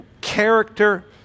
character